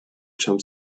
jump